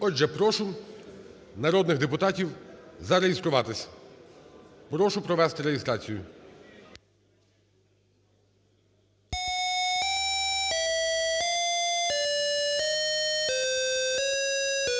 Отже, прошу народних депутатів зареєструватись. Прошу провести реєстрацію.